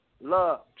love